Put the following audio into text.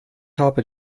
habe